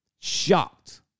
shocked